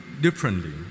differently